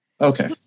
Okay